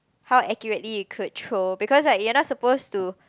how accurately you could throw because like you're not supposed to